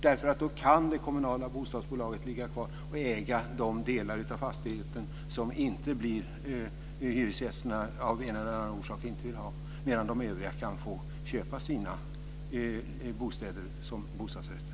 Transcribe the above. Då kan det kommunala bostadsbolaget äga delar av fastigheten som hyresgästerna av en eller annan orsak inte vill ha. De övriga kan få köpa sina bostäder som bostadsrätter.